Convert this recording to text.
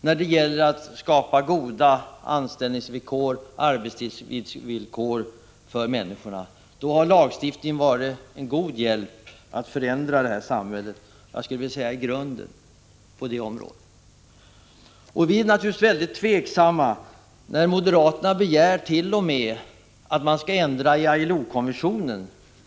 När det gällt att skapa goda anställningsvillkor och bra arbetstider har lagstiftningen varit till god hjälp för att i grunden förändra samhället på det området. Vi blir naturligtvis mycket tveksamma när moderaterna t.o.m. begär förändringar i ILO konventionen.